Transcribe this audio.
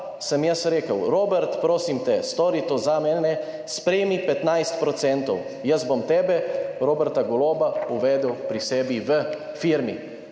sem jaz rekel Robert prosim stori to zame. Sprejmi 15 %. Jaz bom tebe, Roberta Goloba, uvedel pri sebi v firmi.«